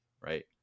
right